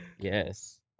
Yes